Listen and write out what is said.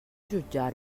jutjar